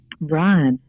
right